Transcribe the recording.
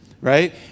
right